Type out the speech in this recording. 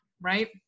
right